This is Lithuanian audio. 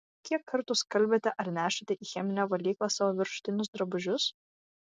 kiek kartų skalbiate ar nešate į cheminę valyklą savo viršutinius drabužius